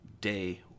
day